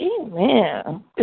Amen